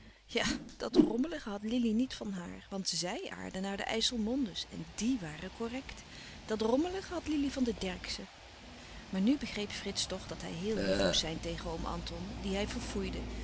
ja dat rommelige had lili niet van haar want zij aardde naar de ijsselmonde's en diè waren correct dat rommelige had lili van de derckszen maar nu begreep frits toch dat hij heel lief moest zijn tegen oom anton dien hij verfoeide